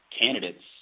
candidates